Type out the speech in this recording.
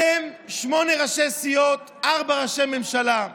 אתם שמונה ראשי סיעות, ארבעה ראשי ממשלה,